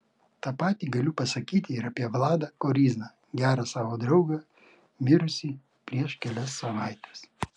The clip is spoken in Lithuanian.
tą patį galiu pasakyti ir apie vladą koryzną gerą savo draugą mirusį prieš kelias savaites